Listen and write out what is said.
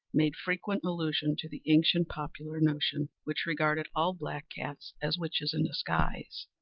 made frequent allusion to the ancient popular notion, which regarded all black cats as witches in disguise.